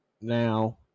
now